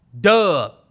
Dub